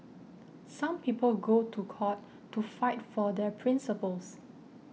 some people go to court to fight for their principles